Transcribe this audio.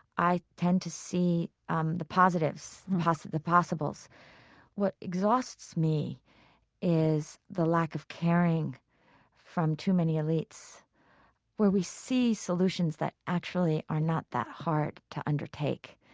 i tend to see um the positives the possibles what exhausts me is the lack of caring from too many elites where we see solutions that actually are not that hard to undertake.